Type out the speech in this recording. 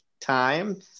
time